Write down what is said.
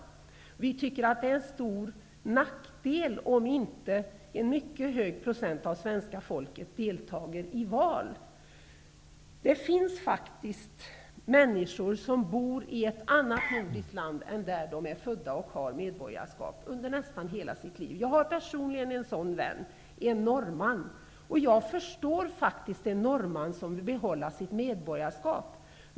Vi tycker att det är en stor nackdel om inte en mycket hög procentandel av svenska folket deltar i val. Det finns faktiskt människor som under nästan hela sitt liv bor i ett annat nordiskt land än det där de är födda och har medborgarskap. Jag har personligen en sådan vän, en norrman. Jag förstår faktiskt en norrman som vill behålla sitt medborgarskap.